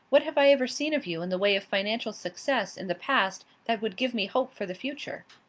what have i ever seen of you in the way of financial success in the past that would give me hope for the future?